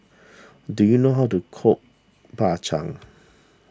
do you know how to cook Bak Chang